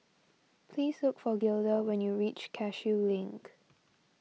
please look for Gilda when you reach Cashew Link